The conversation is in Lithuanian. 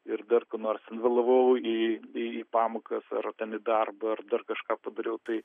ir dar kur nors vėlavau į į pamokas ar ten į darbą ar dar kažką padariau tai